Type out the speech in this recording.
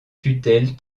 tutelle